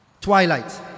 Twilight